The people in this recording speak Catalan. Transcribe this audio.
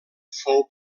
fou